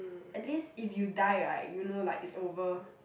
at least if you die right you know like it's over